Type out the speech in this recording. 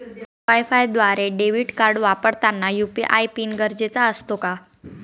वायफायद्वारे debit card वापरताना UPI PIN गरजेचा असतो का?